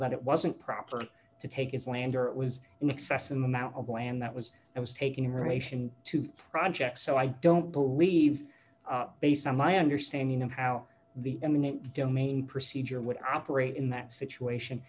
about it wasn't proper to take his land or it was an excessive amount of land that was and was taking her nation to projects so i don't believe based on my understanding of how the eminent domain procedure would operate in that situation